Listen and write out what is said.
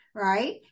right